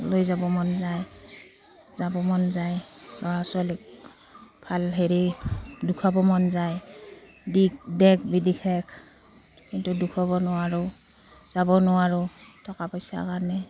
লৈ যাব মন যায় যাব মন যায় ল'ৰা ছোৱালীক ভাল হেৰি দেখুৱাব মন যায় দিগ দেশ বিদেশ কিন্তু দেখুৱাব নোৱাৰোঁ যাব নোৱাৰোঁ টকা পইচা কাৰণে